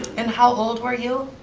and how old were you?